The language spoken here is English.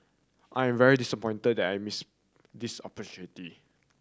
I'm very disappointed that I missed this opportunity